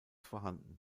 vorhanden